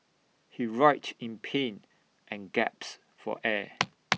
he writhed in pain and for air